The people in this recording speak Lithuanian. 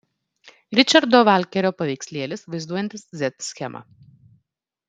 ričardo valkerio paveikslėlis vaizduojantis z schemą